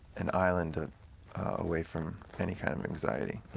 an island ah away from any kind of anxiety,